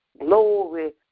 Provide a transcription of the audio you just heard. Glory